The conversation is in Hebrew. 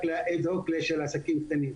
אד-הוק אך ורק לעסקים הקטנים.